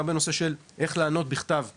גם בנושא של איך לענות בכתב לאזרחים,